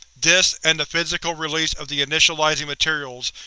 this, and the physical release of the initializing materials,